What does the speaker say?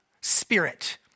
Spirit